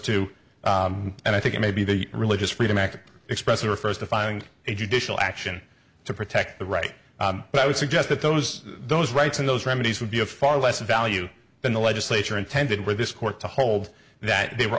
to and i think it may be the religious freedom act expressing refers to filing a judicial action to protect the right but i would suggest that those those rights and those remedies would be a far lesser value than the legislature intended with this court to hold that they were